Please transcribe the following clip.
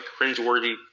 cringeworthy